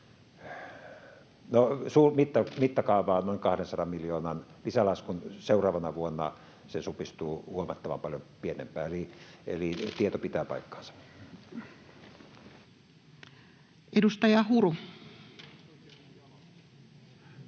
no, mittakaavaltaan noin 200 miljoonan lisälaskun. Seuraavana vuonna se supistuu huomattavan paljon pienempään. Eli tieto pitää paikkansa. [Speech 65]